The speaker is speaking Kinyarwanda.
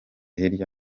hirya